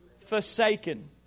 forsaken